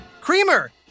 Creamer